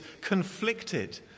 conflicted